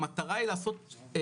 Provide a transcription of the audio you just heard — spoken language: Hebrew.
המטרה היא לעשות,